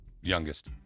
Youngest